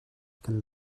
kan